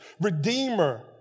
redeemer